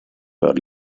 per